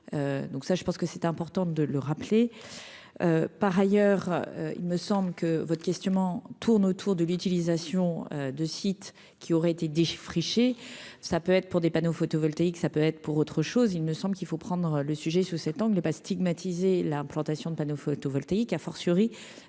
donc ça je pense que c'est important de le rappeler, par ailleurs, il me semble que votre questionnement tourne autour de l'utilisation de sites qui aurait été déchets Frichet, ça peut être pour des panneaux photovoltaïques, ça peut être pour autre chose, il me semble, il faut prendre le sujet sous cet angle est pas stigmatiser l'implantation de panneaux photos vol. A fortiori,